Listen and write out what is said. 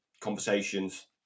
conversations